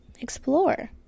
explore